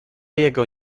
jego